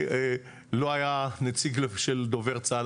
לא היה נציג של דובר צה"ל,